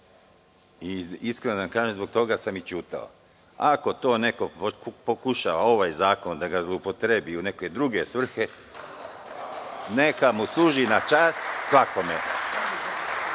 Iskreno da vam kažem, zbog toga sam i ćutao. Ako neko pokušava ovaj zakon da zloupotrebi u neke druge svrhe, neka mu služi na čast, svakome. Po